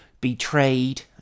betrayed